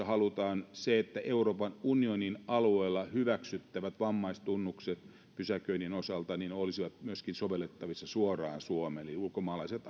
halutaan että euroopan unionin alueella hyväksyttävät vammaistunnukset pysäköinnin osalta olisivat myöskin sovellettavissa suoraan suomeen eli ulkomaalaiset